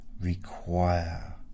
require